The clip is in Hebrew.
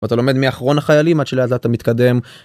אתה לומד מאחרון החיילים עד שלאט לאט אתה מתקדם.